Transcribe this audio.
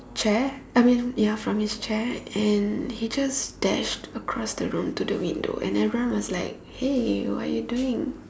chair I mean ya from his chair and he just dashed across the room to the window and everyone was like hey what're you doing